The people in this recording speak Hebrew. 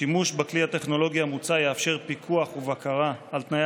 שימוש בכלי הטכנולוגי המוצע יאפשר פיקוח ובקרה על תנאי